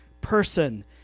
person